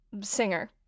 singer